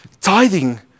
Tithing